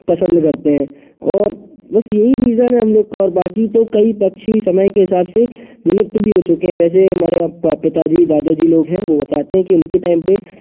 पसंद करते हैं और बस यही रीजन है हम लोग का और बाकी तो कई पक्षी समय के हिसाब से विलुप्त भी हो चुके हैं वैसे हमारे यहाँ पिता जी दादा जी लोग हैं वो बताते हैं कि उनके टाइम पे